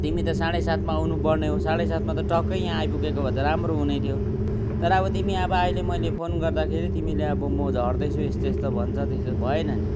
तिमी त साढे सातमा आउनु पर्ने हो साढे सातमा त टकै यहाँ आइपुगेको भए त राम्रो हुने थियो तर अब तिमी अहिले मैले फोन गर्दाखेरि तिमीले अब म झर्दैछु यस्तो यस्तो भन्छ त्यसरी त भएन नि